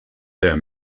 their